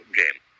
game